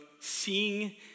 seeing